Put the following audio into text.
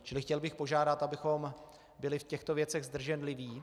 Čili chtěl bych požádat, abychom byli v těchto věcech zdrženliví.